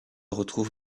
retrouve